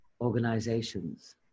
organizations